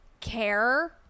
care